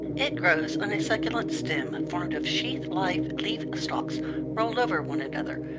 it grows on a succulent stem formed of sheath-like leaf-stalks rolled over one another,